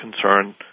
concern